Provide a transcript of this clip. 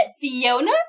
Fiona